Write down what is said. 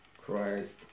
Christ